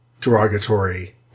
derogatory